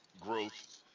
growth